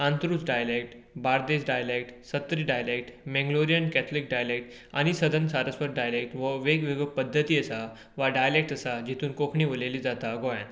Antruz dialect Bardez dialect Sattari dialect Mangalorean Catholic dialect आनी सदन Saraswat dialect वा वेग वेगळ्यो पद्दती आसात वा डायलेक्टस आसा जातून कोंकणी उलयली जाता गोंयांत